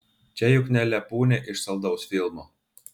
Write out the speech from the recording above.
čia juk ne lepūnė iš saldaus filmo